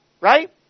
Right